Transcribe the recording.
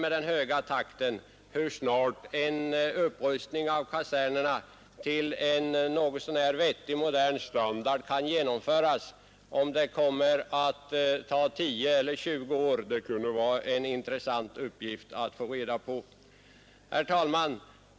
Det kunde vara intressant att få reda på hur snart en upprustning av kasernerna till en någorlunda modern standard kan genomföras. Kommer det att ta 10 eller 20 år? Herr talman!